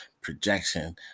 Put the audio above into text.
projection